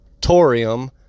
torium